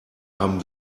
haben